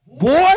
Boy